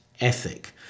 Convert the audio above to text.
ethic